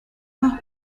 más